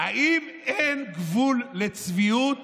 האם אין גבול לצביעות?